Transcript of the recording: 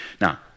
Now